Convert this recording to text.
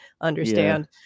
understand